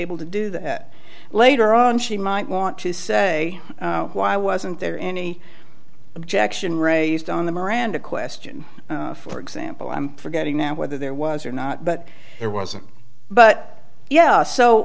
able to do that later on she might want to say why wasn't there any objection raised on the miranda question for example i'm forgetting now whether there was or not but it wasn't but yeah